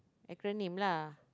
acronym lah